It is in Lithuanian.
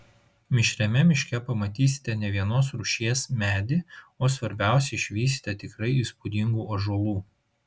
mišriame miške pamatysite ne vienos rūšies medį o svarbiausia išvysite tikrai įspūdingų ąžuolų